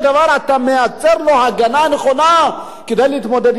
אתה מייצר לו הגנה נכונה כדי להתמודד עם הבעיה,